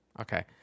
Okay